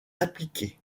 impliqués